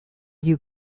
you